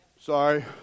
Sorry